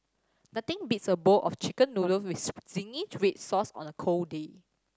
nothing beats a bowl of Chicken Noodles with zingy red sauce on a cold day